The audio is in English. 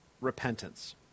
repentance